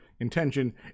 intention